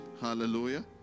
Hallelujah